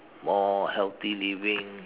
more healthy living